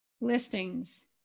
Listings